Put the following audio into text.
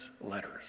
letters